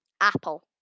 apple